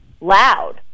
loud